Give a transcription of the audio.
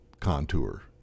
contour